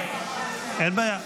אין בעיה.